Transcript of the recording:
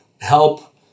help